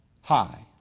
high